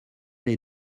les